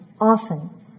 often